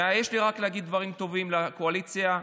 ויש לי רק דברים טובים להגיד על הקואליציה,